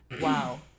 Wow